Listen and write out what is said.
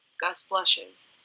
gus blushes.